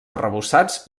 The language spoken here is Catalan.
arrebossats